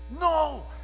no